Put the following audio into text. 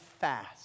fast